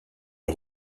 est